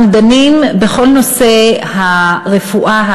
אנחנו דנים בכל נושא הרפואה,